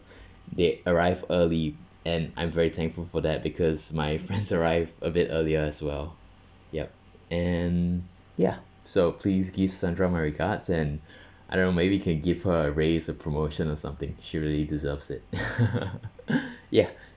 they arrived early and I'm very thankful for that because my friends arrived a bit earlier as well yup and ya so please give sandra my regards and I don't know maybe can give her a raise or promotion or something she really deserves it ya